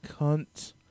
cunt